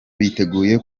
biteguye